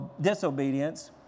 disobedience